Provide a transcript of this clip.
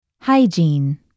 Hygiene